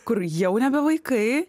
kur jau nebe vaikai